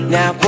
Now